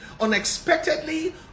unexpectedly